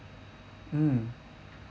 mm